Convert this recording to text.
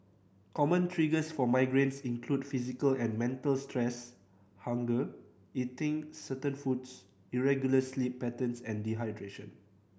common triggers for migraines include physical and mental stress hunger eating certain foods irregular sleep patterns and dehydration